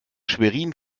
schwerin